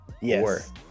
yes